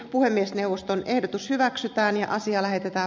puhemiesneuvoston ehdotus hyväksytään ja asia lähetetään